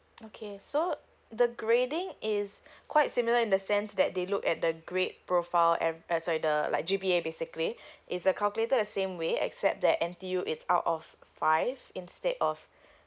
okay so the grading is quite similar in the sense that they look at the grade profile and uh sorry the like G_P_A basically it's uh calculated at same way except that N_T_U is out of five instead of